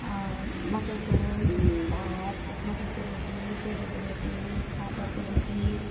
मकैको भात मकैको रोटी कोदोको रोटी फापरको रोटी